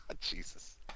Jesus